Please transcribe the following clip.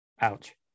Ouch